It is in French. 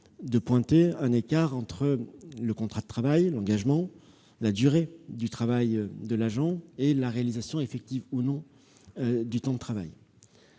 en effet un écart entre le contrat de travail, l'engagement, la durée du travail de l'agent et la réalisation effective ou non du temps de travail.